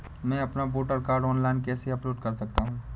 मैं अपना voter card online कैसे अपलोड कर सकता हूँ?